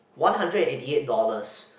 one hundred and eighty eight dollars